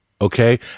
Okay